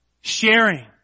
sharing